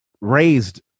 raised